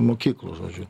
mokyklų žodžiu